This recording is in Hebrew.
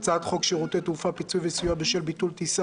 הצעת חוק שירותי תעופה (פיצוי וסיוע בשל ביטול טיסה